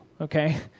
okay